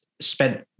spent